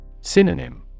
Synonym